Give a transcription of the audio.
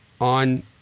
on